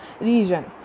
region